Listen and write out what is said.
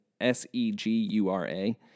S-E-G-U-R-A